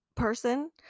Person